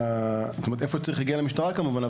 איפה שצריך יגיע למשטרה כמובן,